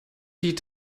die